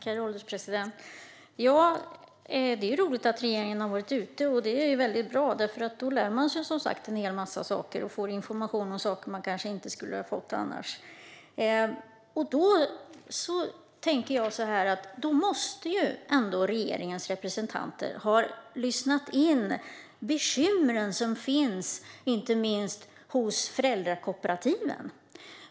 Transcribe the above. Herr ålderspresident! Det är bra att regeringen reser runt, för då lär man sig en mycket och får information som man kanske inte hade fått annars. Då måste regeringens representanter ha lyssnat in oron som finns inte minst hos föräldrakooperativen.